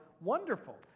wonderful